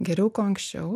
geriau kuo anksčiau